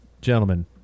gentlemen